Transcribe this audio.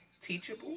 teachable